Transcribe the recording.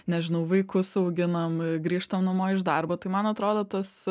nežinau vaikus auginam grįžtam namo iš darbo tai man atrodo tas